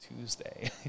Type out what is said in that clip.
Tuesday